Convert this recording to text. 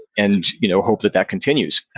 and you know hope that that continues.